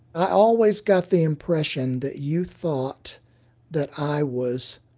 i always got the impression that you thought that i was